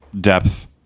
depth